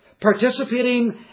participating